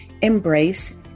embrace